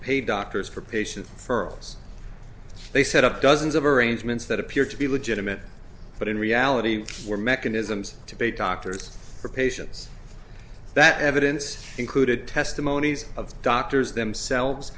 pay doctors for patients furloughs they set up dozens of arrangements that appeared to be legitimate but in reality were mechanisms to pay doctors for patients that evidence included testimonies of doctors themselves